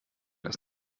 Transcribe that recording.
das